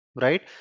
right